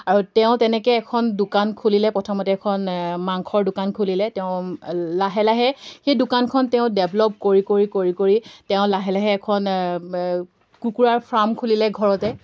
আৰু তেওঁ তেনেকৈ এখন দোকান খুলিলে প্ৰথমতে এখন মাংসৰ দোকান খুলিলে তেওঁ লাহে লাহে সেই দোকানখন তেওঁ ডেভলপ কৰি কৰি কৰি কৰি তেওঁ লাহে লাহে এখন কুকুৰাৰ ফাৰ্ম খুলিলে ঘৰতে